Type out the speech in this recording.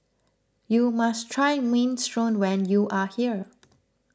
you must try Minestrone when you are here